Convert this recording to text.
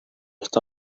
está